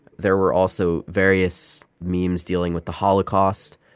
there were also various memes dealing with the holocaust,